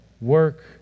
work